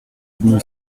avenue